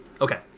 Okay